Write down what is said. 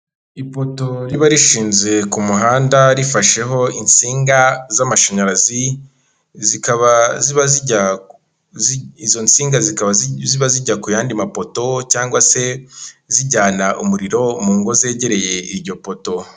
Ipoto riba rishinze ku muhanda rifasheho insinga z'amashanyarazi, izo nsinga zikaba ziba zijya ku yandi mapoto cyangwa se zijyana umuriro mu ngo zegereye iryo poto.